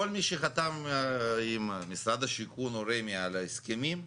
כל מי שחתם עם משרד השיכון או רמ"י על ההסכמים,